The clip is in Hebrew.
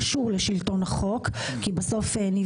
להצעה, אחרי המילה 'תהיה'